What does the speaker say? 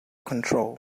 control